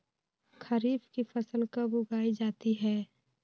खरीफ की फसल कब उगाई जाती है?